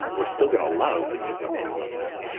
we are still going to love the music we love now.